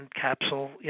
capsule